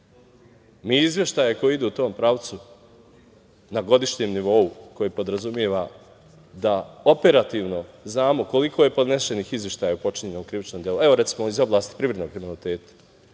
izveštaje koji idu u tom pravcu na godišnjem nivou, koji podrazumeva da operativno znamo koliko je podnesenih izveštaja počinjenog krivičnog dela, evo, recimo, iz oblasti privrednog kriminaliteta,